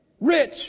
rich